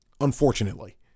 Unfortunately